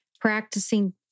practicing